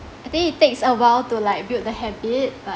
I think it takes a while to like build the habit but